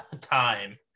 time